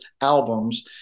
albums